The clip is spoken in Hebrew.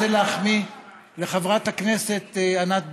רוצה להחמיא לחברת הכנסת ענת ברקו.